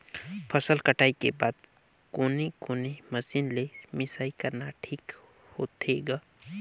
फसल कटाई के बाद कोने कोने मशीन ले मिसाई करना ठीक होथे ग?